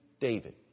David